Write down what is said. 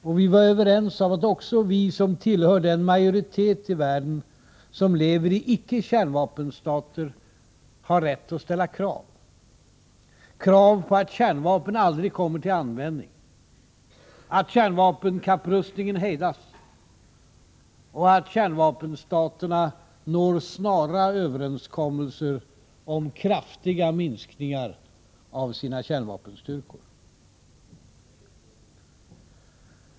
Och vi var överens om att också vi som tillhör den majoritet i världen som lever i icke-kärnvapenstater har rätt att ställa krav, krav på att kärnvapen aldrig kommer till användning, att kärnvapenkapprustningen hejdas och att kärnvapenstaterna når snara överenskommelser om kraftiga minskningar av sina kärnvapenstyrkor.